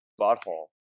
butthole